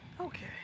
Okay